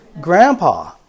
grandpa